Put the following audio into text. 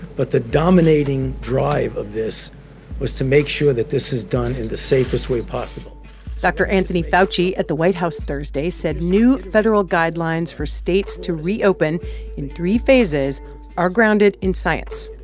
but the dominating drive of this was to make sure that this is done in the safest way possible dr. anthony fauci at the white house, thursday, said new federal guidelines for states to reopen in three phases are grounded in science.